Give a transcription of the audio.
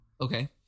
Okay